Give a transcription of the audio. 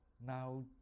Now